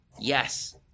yes